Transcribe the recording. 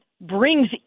brings